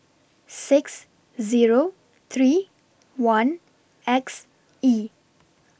six Zero three one X E